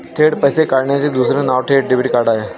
थेट पैसे काढण्याचे दुसरे नाव थेट डेबिट आहे